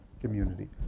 community